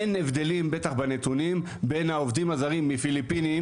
אין הבדלים בטח בנתונים בין העובדים הזרים מהפיליפינים